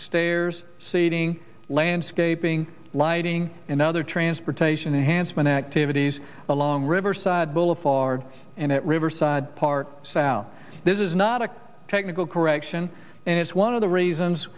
stairs seating landscaping lighting and other transportation hands man activities along riverside boulevard and at riverside park south this is not a technical correction and it's one of the reasons